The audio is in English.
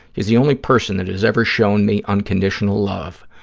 he's the only person that has ever shown me unconditional love.